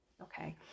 okay